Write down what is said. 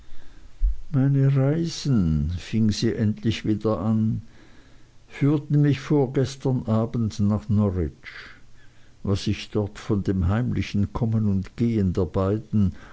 meine reisen fing sie endlich wieder an führten mich vorgestern abends nach norwich was ich dort von dem heimlichen kommen und gehen der beiden